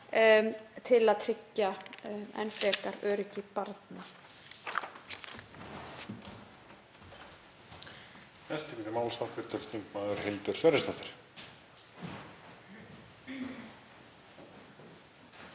til að tryggja enn frekar öryggi barna.